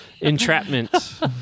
Entrapment